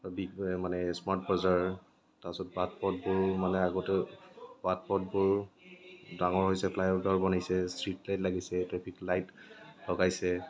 big মানে smart বজাৰ তাৰপিছত বাট পথবোৰ মানে আগতে বাট পথবোৰ ডাঙৰ হৈছে ফ্লাইঅভাৰ বনিছে ষ্ট্ৰীট লাইট লাগিছে ট্ৰেফিক লাইট লগাইছে